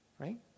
Right